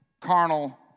carnal